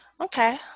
okay